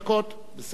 בסדר גמור.